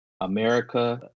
America